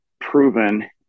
proven